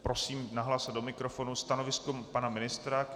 Prosím nahlásit do mikrofonu stanovisku pana ministra.